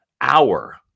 hour